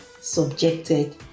subjected